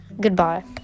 goodbye